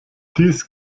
dies